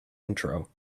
intro